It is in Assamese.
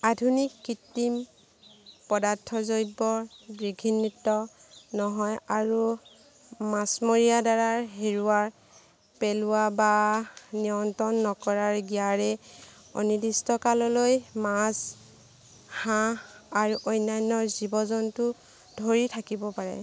আধুনিক কৃত্ৰিম পদাৰ্থ জৈৱৰ বৃঘিনিত নহয় আৰু মাছমৰীয়াৰ দ্বাৰা হেৰোৱাৰ পেলোৱা বা নিয়ন্ত্ৰণ নকৰা ইয়াৰে অনিৰ্দিষ্ট কাললৈ মাছ হাঁহ আৰু অন্যান্য জীৱ জন্তু ধৰি থাকিব পাৰে